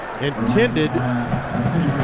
Intended